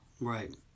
Right